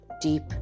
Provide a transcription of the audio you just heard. deep